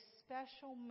special